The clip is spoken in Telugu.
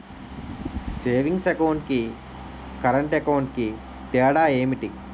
సేవింగ్స్ అకౌంట్ కి కరెంట్ అకౌంట్ కి తేడా ఏమిటి?